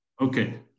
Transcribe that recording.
Okay